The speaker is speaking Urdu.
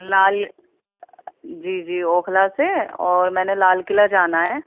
لال جی جی اوکھلا سے اور میں نے لال قلعہ جانا ہے